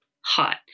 hot